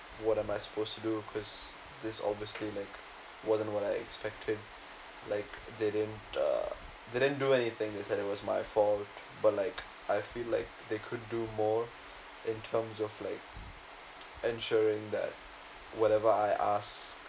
what am I supposed to do because this obviously like wasn't what I expected like they didn't uh they didn't do anything they said it was my fault but like I feel like they could do more in terms of like ensuring that whatever I ask